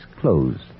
closed